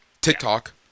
TikTok